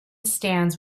stands